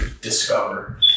discover